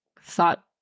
thought